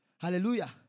Hallelujah